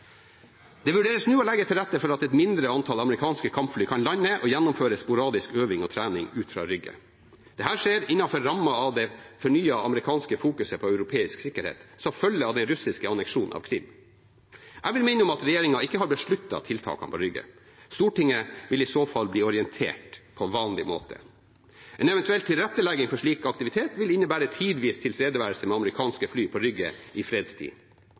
Det vurderes nå å legge til rette for at et mindre antall amerikanske kampfly kan lande og gjennomføre sporadisk øving og trening ut fra Rygge. Dette skjer innenfor rammen av den fornyede amerikanske fokuseringen på europeisk sikkerhet som følger av den russiske anneksjonen av Krim. Jeg vil minne om at regjeringen ikke har besluttet tiltakene på Rygge. Stortinget vil i så fall bli orientert på vanlig måte. En eventuell tilrettelegging for slik aktivitet vil innebære tidvis tilstedeværelse med amerikanske fly på Rygge i fredstid.